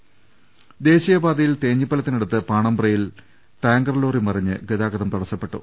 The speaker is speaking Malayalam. ദർവ്വട്ടങ ദേശീയപാതയിൽ തേഞ്ഞിപ്പലത്തിനടുത്ത് പാണമ്പ്രയിൽ ടാങ്കർ ലോറി ട മറിഞ്ഞ് ഗതാഗതം തടസ്സപ്പെട്ടു